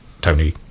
Tony